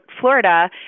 Florida